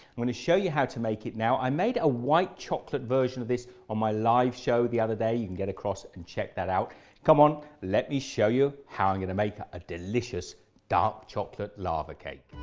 i'm going to show you how to make it now i made a white chocolate version of this on my live show the other day, you can get across and check that out come on let me show you how i'm going to make a delicious dark chocolate lava cake